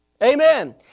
Amen